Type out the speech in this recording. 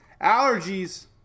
allergies